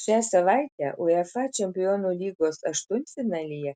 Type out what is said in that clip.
šią savaitę uefa čempionų lygos aštuntfinalyje